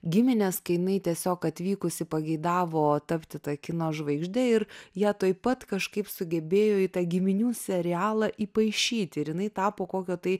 giminės kai jinai tiesiog atvykusi pageidavo tapti ta kino žvaigžde ir ją tuoj pat kažkaip sugebėjo į tą giminių serialą įpaišyti ir jinai tapo kokio tai